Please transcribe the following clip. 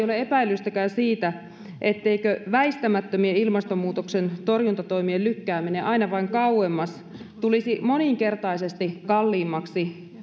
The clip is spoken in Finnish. ole epäilystäkään siitä etteikö väistämättömien ilmastonmuutoksen torjuntatoimien lykkääminen aina vain kauemmas tulisi moninkertaisesti kalliimmaksi